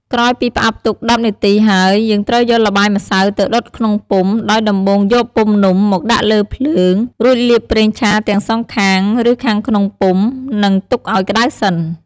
ក្រោយពីផ្អាប់ទុក ១០នាទីហើយ យើងត្រូវយកល្បាយម្សៅទៅដុតក្នុងពុម្ព ដោយដំបូងយកពុម្ពនំ មកដាក់លើភ្លើង រួចលាប ប្រេងឆា ទាំងសងខាង ឬខាងក្នុងពុម្ព និងទុកឱ្យក្ដៅសិន។